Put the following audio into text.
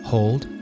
Hold